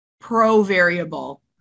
pro-variable